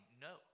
no